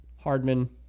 Hardman